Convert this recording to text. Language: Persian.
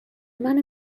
منو